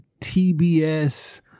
TBS